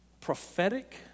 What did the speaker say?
prophetic